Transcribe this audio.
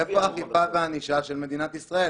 איפה האכיפה והענישה של מדינת ישראל?